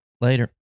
Later